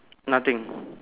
nothing